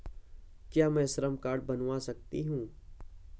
क्या मैं श्रम कार्ड बनवा सकती हूँ?